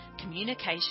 communication